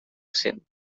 cent